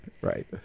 Right